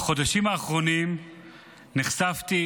בחודשים האחרונים נחשפתי,